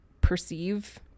perceive